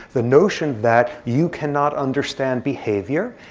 the notion that you cannot understand behavior,